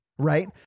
Right